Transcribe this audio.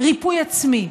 ריפוי עצמי.